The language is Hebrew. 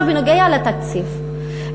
בנוגע לתקציב,